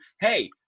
hey